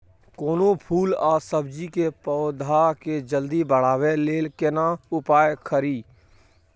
कोनो फूल आ सब्जी के पौधा के जल्दी बढ़ाबै लेल केना उपाय खरी?